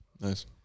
Nice